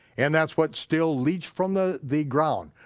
and that's what still leaks from the the ground,